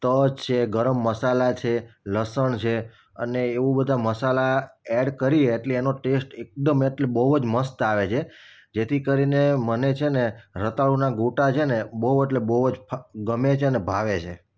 તજ છે ગરમ મસાલા છે લસણ છે અને એવું બધા મસાલા એડ કરીએ એટલે એનો ટેસ્ટ એકદમ એટલે બહુ જ મસ્ત આવે છે જેથી કરીને મને છેને રતાળુંના ગોટા છે ને બહુ એટલે બહુ જ ગમે છે અને ભાવે છે